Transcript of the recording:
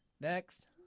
Next